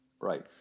Right